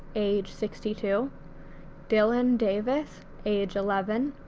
age sixty two dylan davis age eleven,